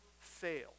fail